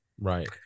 right